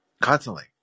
constantly